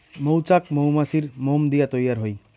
মৌচাক মৌমাছির মোম দিয়া তৈয়ার হই